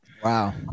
Wow